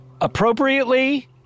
Appropriately